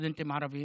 סטודנטים ערבים.